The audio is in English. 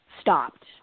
stopped